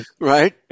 right